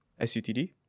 SUTD